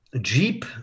Jeep